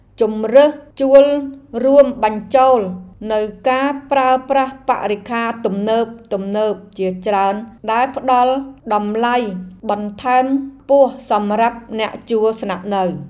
ជម្រើសជួលរួមបញ្ចូលនូវការប្រើប្រាស់បរិក្ខារទំនើបៗជាច្រើនដែលផ្តល់តម្លៃបន្ថែមខ្ពស់សម្រាប់អ្នកជួលស្នាក់នៅ។